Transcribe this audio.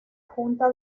junta